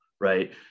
right